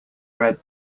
bread